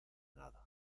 nada